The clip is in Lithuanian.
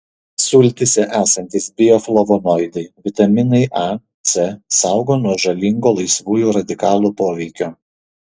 sultyse esantys bioflavonoidai vitaminai a c saugo nuo žalingo laisvųjų radikalų poveikio